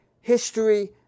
history